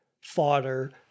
fodder